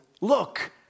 look